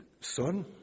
son